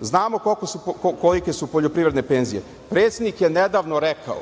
znamo kolike su poljoprivredne penzije. Predsednik je nedavno rekao